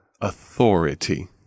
authority